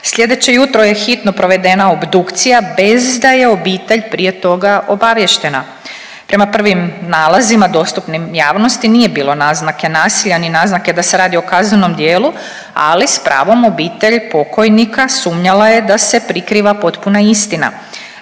Slijedeće jutro je hitno provedena obdukcija bez da je obitelj prije toga obaviještena. Prema prvim nalazima dostupnim javnosti nije bilo naznake nasilja, ni naznake da se radi o kaznenom dijelu, ali s pravom obitelj pokojnika sumnjala je da se prikriva potpuna istina.